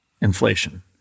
inflation